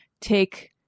take